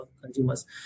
consumers